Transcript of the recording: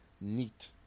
neat